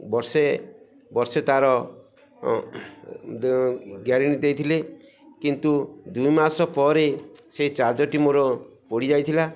ବର୍ଷେ ବର୍ଷେ ତାର ଗ୍ୟାରେଣ୍ଟି ଦେଇଥିଲେ କିନ୍ତୁ ଦୁଇ ମାସ ପରେ ସେ ଚାର୍ଜରଟି ମୋର ପୋଡ଼ିଯାଇଥିଲା